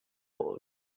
old